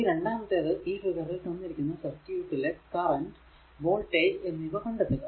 ഈ രണ്ടാമത്തേത് ഈ ഫിഗറിൽ തന്നിരിക്കുന്ന സർക്യൂട്ടിലെ കറന്റ് വോൾടേജ് എന്നിവ കണ്ടെത്തുക